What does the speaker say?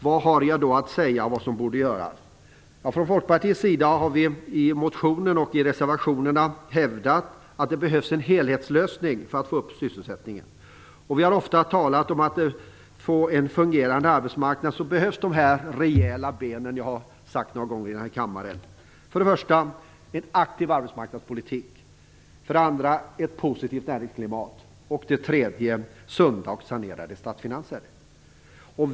Vad har jag då att säga om vad som borde göras? Folkpartiet har i motionen och i reservationerna hävdat att det behövs en helhetslösning för att öka sysselsättningen. Vi har ofta talat om att för att få en fungerande arbetsmarknad behövs de "rejäla ben" som jag har nämnt några gånger tidigare i den här kammaren: För det första en aktiv arbetsmarknadspolitik, för det andra ett positivt näringsklimat och för det tredje sunda och sanerade statsfinanser.